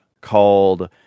called